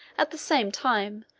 at the same time,